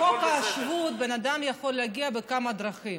על פי חוק השבות, בן אדם יכול להגיע בכמה דרכים.